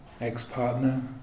ex-partner